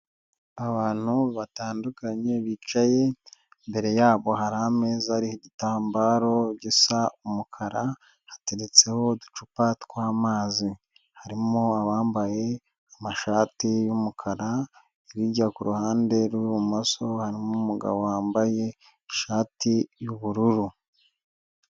Abantu batandukanye bicaye, imbere yabo hari ameza igitambaro gisa umukara, hateretseho uducupa tw'amazi. Harimo abambaye amashati y'umukara, hirya kuruhande rw'ibumoso harimo umugabo wambaye ishati y'ubururu.